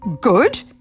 Good